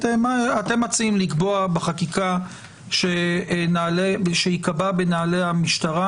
אתם מציעים לקבוע בחקיקה שייקבע בנהלי המשטרה